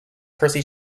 percy